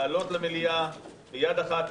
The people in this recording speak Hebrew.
לעלות למליאה ביד אחת.